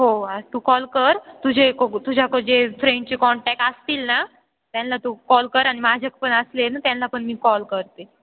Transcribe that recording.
हो तू कॉल कर तुझे तुझ्याकडे जे फ्रेंडचे कॉन्टॅक्ट असतील ना त्यांला तू कॉल कर आणि माझ्याकडे पण असले ना त्यांना पण मी कॉल करते